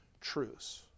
truce